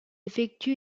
effectue